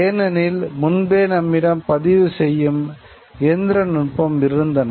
ஏனெனில் முன்பே நம்மிடம் பதிவுசெய்யும் இயந்திரநுட்பம் இருந்தன